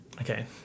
Okay